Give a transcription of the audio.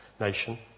nation